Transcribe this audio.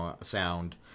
sound